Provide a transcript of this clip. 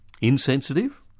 Insensitive